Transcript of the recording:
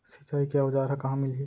सिंचाई के औज़ार हा कहाँ मिलही?